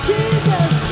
Jesus